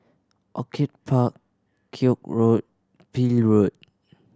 Orchid Park Koek Road Peel Road